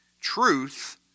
truth